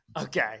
Okay